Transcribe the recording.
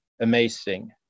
amazing